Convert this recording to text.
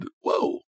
whoa